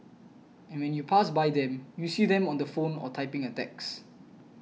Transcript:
and when you pass by them you see them on the phone or typing a text